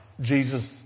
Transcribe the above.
Jesus